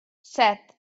set